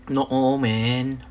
not all man